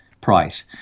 price